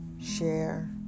share